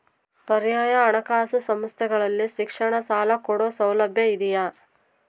ಪರ್ಯಾಯ ಹಣಕಾಸು ಸಂಸ್ಥೆಗಳಲ್ಲಿ ಶಿಕ್ಷಣ ಸಾಲ ಕೊಡೋ ಸೌಲಭ್ಯ ಇದಿಯಾ?